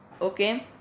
Okay